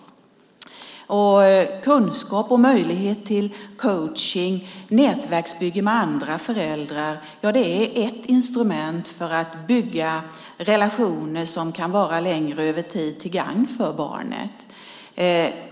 Kunskap, möjlighet till coachning och nätverksbygge med andra föräldrar är ett instrument för att bygga relationer som kan vara längre över tid till gagn för barnet.